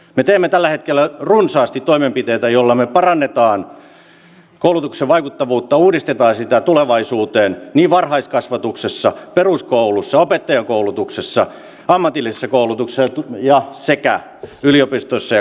me teemme tällä hetkellä runsaasti toimenpiteitä joilla me parannamme koulutuksen vaikuttavuutta ja uudistamme sitä tulevaisuuteen niin varhaiskasvatuksessa peruskoulussa opettajankoulutuksessa ammatillisessa koulutuksessa kuin yliopistoissa ja korkeakouluissa